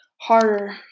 harder